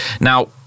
Now